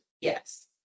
Yes